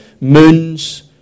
moons